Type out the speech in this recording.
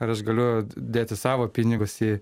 ar aš galiu dėti savo pinigus į